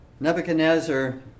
Nebuchadnezzar